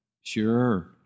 Sure